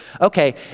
okay